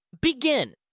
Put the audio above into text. Begin